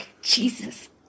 Jesus